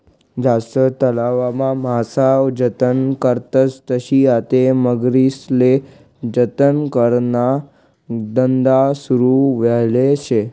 जशा तलावमा मासा जतन करतस तशी आते मगरीस्ले जतन कराना धंदा सुरू व्हयेल शे